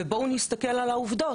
ובואו נסתכל על העובדות.